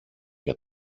για